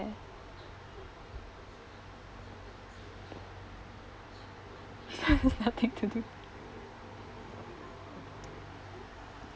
I have nothing to do